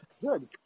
Good